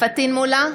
פטין מולא,